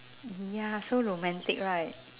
ya so romantic right